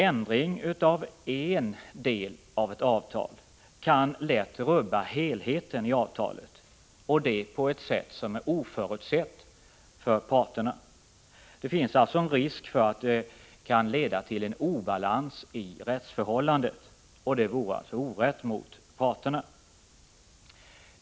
Ändring av en del av ett avtal kan lätt rubba helheten i avtalet och det på ett vis som är oförutsett för parterna. Det finns alltså en risk för att ändringen leder till obalans i rättsförhållandet, och det vore orätt mot parterna.